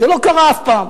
זה לא קרה אף פעם.